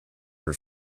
her